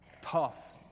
tough